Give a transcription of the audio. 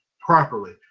properly